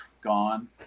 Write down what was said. gone